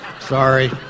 sorry